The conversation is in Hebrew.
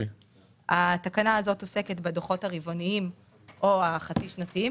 התקנה הזאת עוסקת בדוחות הרבעוניים או החצי שנתיים,